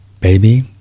baby